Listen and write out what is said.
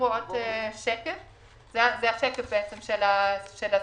זה השקף של הסיכום.